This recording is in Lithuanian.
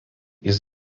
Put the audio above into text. jis